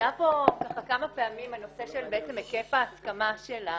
עלה פה כמה פעמים הנושא של היקף ההסכמה שלה,